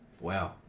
Wow